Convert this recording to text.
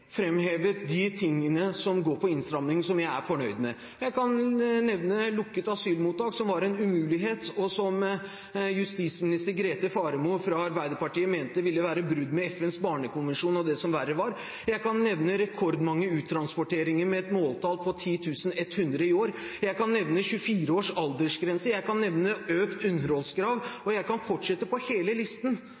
de tingene som går på innstramning, som jeg er fornøyd med. Jeg kan nevne lukket asylmottak, som var en umulighet, og som justisminister Grete Faremo fra Arbeiderpartiet mente ville være brudd med FNs barnekonvensjon og det som verre var. Jeg kan nevne rekordmange uttransporteringer med et måltall på 10 100 i år. Jeg kan nevne 24 års aldersgrense. Jeg kan nevne økt underholdskrav. Jeg kan fortsette med hele listen.